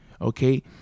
Okay